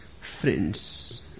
friends